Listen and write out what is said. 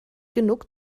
genug